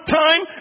time